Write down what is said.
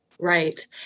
Right